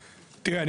תראה,